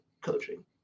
coaching